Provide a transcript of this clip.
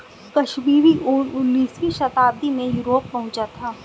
कश्मीरी ऊन उनीसवीं शताब्दी में यूरोप पहुंचा था